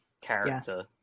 character